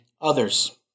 others